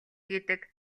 гэдэг